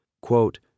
quote